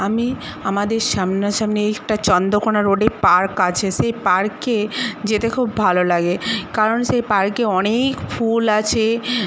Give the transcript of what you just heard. আমি আমাদের সামনা সামনি একটা চন্দকোণা রোডে পার্ক আছে সেই পার্কে যেতে খুব ভালো লাগে কারণ সেই পার্কে অনেক ফুল আছে